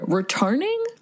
returning